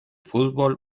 fútbol